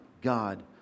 God